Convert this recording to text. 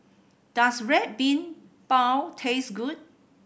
does Red Bean Bao taste good